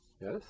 yes